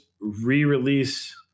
re-release